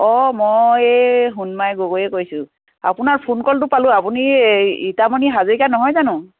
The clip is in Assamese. অঁ মই এই সোণমাই গগৈয়ে কৈছোঁ আপোনাৰ ফোনকলটো পালোঁ আপুনি ৰীতামণি হাজৰিকা নহয় জানো